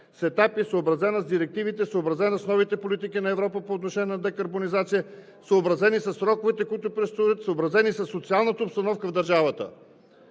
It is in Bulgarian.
етапи, съобразена с директивите, съобразена с новите политики на Европа по отношение на декарбонизация, съобразена със сроковете, които предстоят, съобразена със социалната обстановка в държавата.